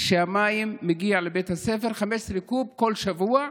והמים שמגיעים לבית הספר הם 15 קוב כל שבוע.